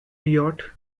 yacht